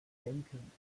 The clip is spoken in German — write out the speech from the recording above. denken